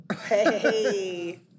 Hey